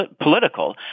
political